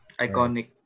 Iconic